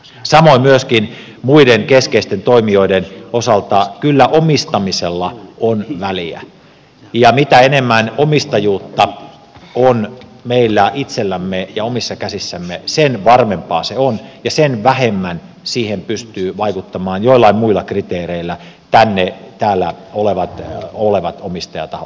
samoin myöskin muiden keskeisten toimijoiden osalta kyllä omistamisella on väliä ja mitä enemmän omistajuutta on meillä itsellämme ja omissa käsissämme sen varmempaa se on ja sen vähemmän siihen pystyvät vaikuttamaan täällä olevat omistajatahot joillain muilla kriteereillä